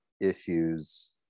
issues